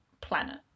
planet